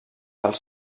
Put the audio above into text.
els